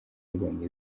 yabonye